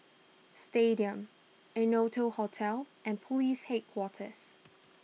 Stadium Innotel Hotel and Police Headquarters